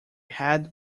head